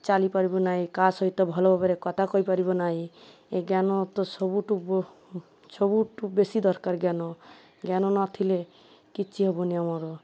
ଚାଲିପାରିବୁ ନାହିଁ କାହା ସହିତ ଭଲ ଭାବରେ କଥା କହିପାରିବ ନାହିଁ ଏ ଜ୍ଞାନ ତ ସବୁଠୁ ସବୁଠୁ ବେଶୀ ଦରକାର ଜ୍ଞାନ ଜ୍ଞାନ ନଥିଲେ କିଛି ହେବନି ଆମର